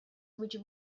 which